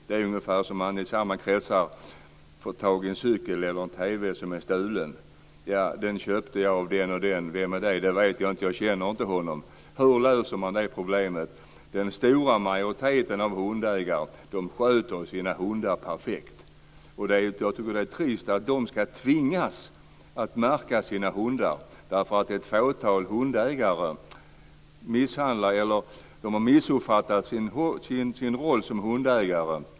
Det är samma sak i de kretsarna när man får tag på en stulen cykel eller TV. "Den köpte jag av den och den." "Vem är det?" "Det vet jag inte, jag känner inte honom." Hur löses det problemet? Den stora majoriteten hundägare sköter sina hundar perfekt. Det är trist att de ska tvingas att märka sina hundar därför att ett fåtal hundägare har missuppfattat sin roll som hundägare.